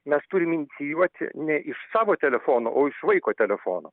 mes turim inicijuot ne iš savo telefono o iš vaiko telefono